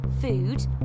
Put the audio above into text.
food